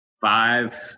five